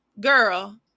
girl